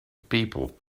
people